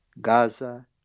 Gaza